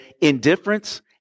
Indifference